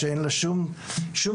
שאין לה שום תוספת,